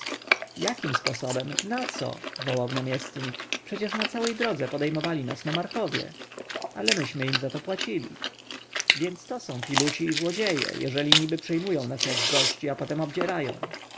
jakim sposobem na co wołał namiestnik przecież na całej drodze podejmowali nas nomarchowie ale myśmy im za to płacili więc to są filuci i złodzieje jeżeli niby przyjmują nas jak gości a potem obdzierają